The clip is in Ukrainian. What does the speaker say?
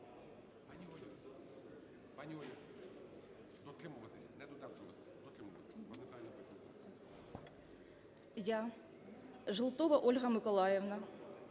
Желтова Ольга Миколаївна.